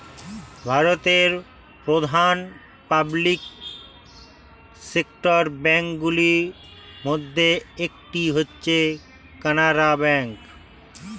ভারতের প্রধান public sector bank গুলির মধ্যে একটি হচ্ছে কানারা ব্যাঙ্ক